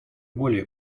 более